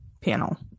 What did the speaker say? panel